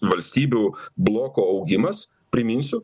valstybių bloko augimas priminsiu